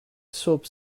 صبح